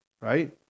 right